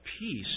peace